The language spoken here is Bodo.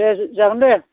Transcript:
दे जागोन दे